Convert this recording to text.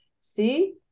See